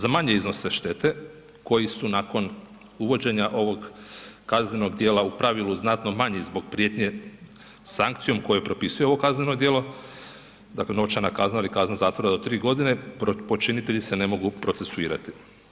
Za manje iznose štete koji su nakon uvođenja ovog kaznenog djela u pravilu znatno manji zbog prijetnje sankcijom koju propisuje ovo kazneno djelo, dakle novčana kazna ili kazna zatvora do 3 g., počinitelji se ne mogu procesuirati.